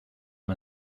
man